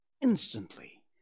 instantly